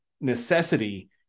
necessity